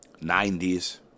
90s